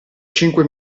cinque